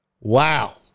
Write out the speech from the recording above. wow